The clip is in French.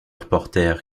reporter